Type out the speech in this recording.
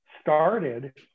started